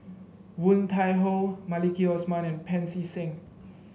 Woon Tai Ho Maliki Osman and Pancy Seng